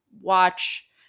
watch